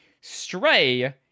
Stray